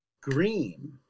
Green